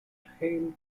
haile